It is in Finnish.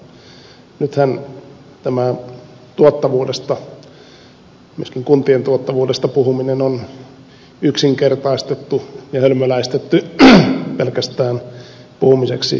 nythän tämä tuottavuudesta myöskin kuntien tuottavuudesta puhuminen on yksinkertaistettu ja hölmöläistetty pelkästään puhumiseksi väen vähentämisestä